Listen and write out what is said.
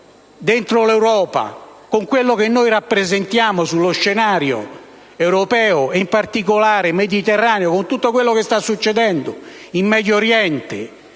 dentro l'Europa, con quello che noi rappresentiamo sullo scenario europeo e, in particolare, mediterraneo, con tutto quello che sta succedendo in Medio Oriente